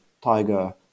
tiger